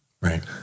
Right